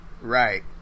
Right